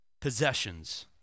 Possessions